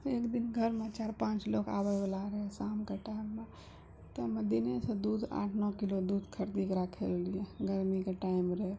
एकदिन घरमे चारि पाँच लोग आबैवला रहै शामके टाइममे तऽ हमरा दिनेसँ दूध आठ नओ किलो दूध खरीद कऽ राखल रहै गर्मीके टाइम रहै